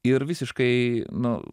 ir visiškai nu